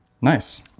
Nice